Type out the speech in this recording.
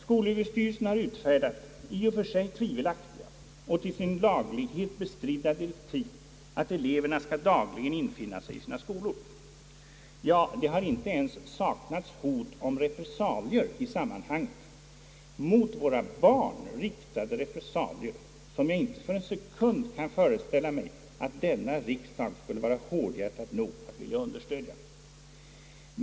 Skolöverstyrelsen har utfärdat i och för sig tvivelaktiga och till sin laglighet bestridda direktiv, att eleverna dagligen skall infinna sig i sina skolor, Det har i detta sammanhang inte ens saknats hot om mot våra barn riktade repressalier, som jag inte för en sekund kan föreställa mig att denna riksdag skulle vara hårdhjärtad nog att vilja understödja.